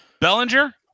Bellinger